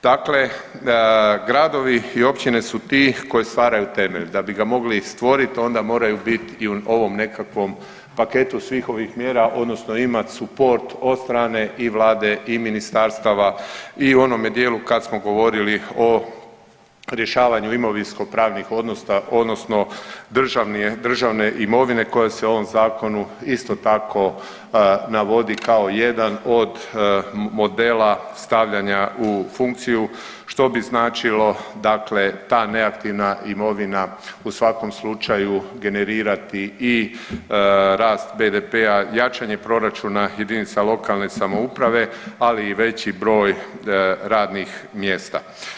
Dakle, gradovi i općine su ti koji stvaraju temelj, da bi ga mogli stvorit onda moraju bit i u ovom nekakvom paketu svih ovih mjera odnosno imat suport od strane i vlade i ministarstava i u onome dijelu kad smo govorili o rješavanju imovinskopravnih odnosa odnosno državne imovine koja se u ovom zakonu isto tako navodi kao jedan od modela stavljanja u funkciju, što bi značilo dakle ta neaktivna imovina u svakom slučaju generirati i rast BDP-a, jačanje proračuna JLS ali i veći broj radnih mjesta.